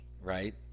right